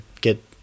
get